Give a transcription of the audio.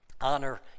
Honor